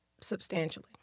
substantially